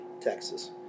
texas